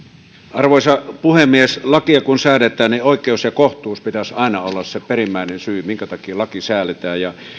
arvoisa puhemies lakia kun säädetään niin oikeuden ja kohtuuden pitäisi aina olla se perimmäinen syy minkä takia laki säädetään